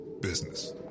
business